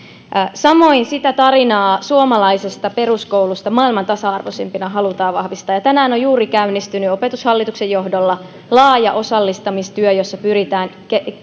samoin sitä tarinaa suomalaisista peruskouluista maailman tasa arvoisimpina halutaan vahvistaa tänään on juuri käynnistynyt opetushallituksen johdolla laaja osallistamistyö jossa pyritään